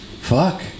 fuck